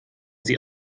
sie